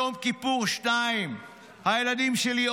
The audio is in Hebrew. יום כיפור 2. הילדים שלי,